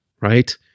right